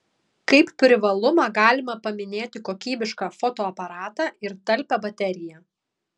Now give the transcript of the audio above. kaip privalumą galima paminėti kokybišką fotoaparatą ir talpią bateriją